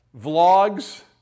vlogs